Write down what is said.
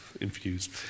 infused